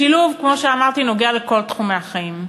השילוב, כמו שאמרתי, נוגע לכל תחומי החיים.